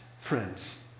friends